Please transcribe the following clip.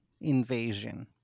invasion